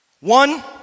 One